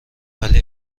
ولی